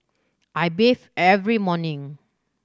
I bathe every morning